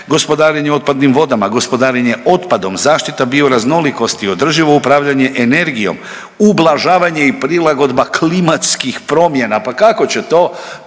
gospodarenje otpadnim vodama, gospodarenje otpadom, zaštita bioraznolikosti, održivo upravljanje energijom, ublažavanje i prilagodbe klimatskih promjena, pa kako će to